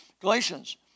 Galatians